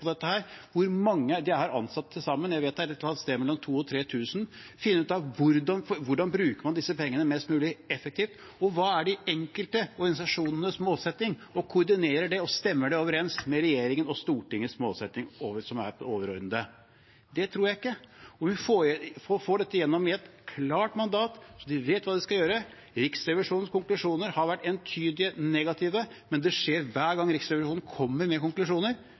finne ut av hvordan man bruker disse pengene mest mulig effektivt, og hva som er de enkelte organisasjonenes målsetting – koordinere det og finne ut om det stemmer med regjeringens og Stortingets målsetting, som er det overordnede. Det tror jeg ikke. Og vi må få dette igjennom med et klart mandat, så de vet hva de skal gjøre. Riksrevisjonens konklusjoner har vært entydig negative, men hver gang Riksrevisjonen kommer med konklusjoner,